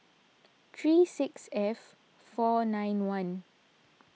three six F four nine one